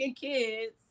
kids